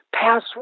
password